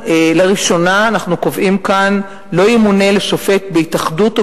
לראשונה אנחנו קובעים כאן: "לא ימונה לשופט בהתאחדות או